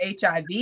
HIV